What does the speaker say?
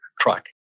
truck